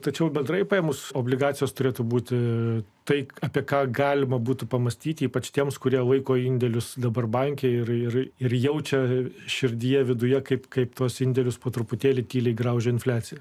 tačiau bendrai paėmus obligacijos turėtų būti tai apie ką galima būtų pamąstyti ypač tiems kurie laiko indėlius dabar banke ir ir ir jaučia širdyje viduje kaip kaip tuos indėlius po truputėlį tyliai graužia infliacija